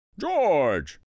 George